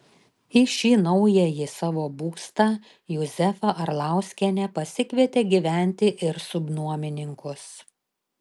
į šį naująjį savo būstą juzefa arlauskienė pasikvietė gyventi ir subnuomininkus